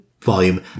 volume